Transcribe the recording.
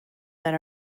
that